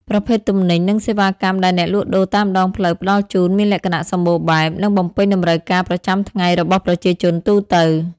ប្រភេទទំនិញ និងសេវាកម្មដែលអ្នកលក់ដូរតាមដងផ្លូវផ្តល់ជូនមានលក្ខណៈសម្បូរបែប និងបំពេញតម្រូវការប្រចាំថ្ងៃរបស់ប្រជាជនទូទៅ ។